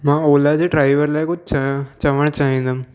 मां ओला जे ड्राइवर जे लाइ कुझु चयो चवणु चाहींदुमि